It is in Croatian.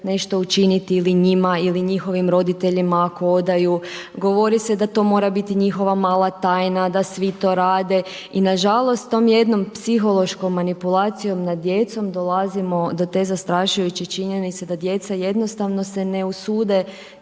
nešto učiniti ili njima ili njihovim roditeljima ako odaju, govori se da to mora biti njihova mala tajna, da svi to rade i nažalost tom jednom psihološkom manipulacijom nad djecom dolazimo do te zastrašujuće činjenice da djeca jednostavno se ne usude